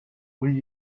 will